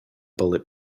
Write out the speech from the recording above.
bullet